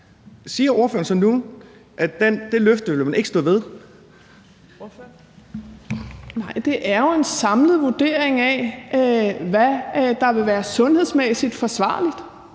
Torp): Ordføreren. Kl. 14:27 Sofie Carsten Nielsen (RV): Nej, det er jo en samlet vurdering af, hvad der vil være sundhedsmæssigt forsvarligt.